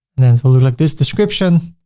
and then it will look like this. description,